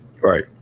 Right